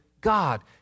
God